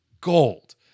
Gold